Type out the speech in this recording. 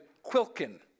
Quilkin